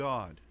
God